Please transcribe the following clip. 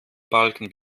balken